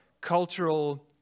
cultural